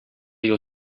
your